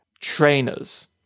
trainers